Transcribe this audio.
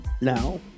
now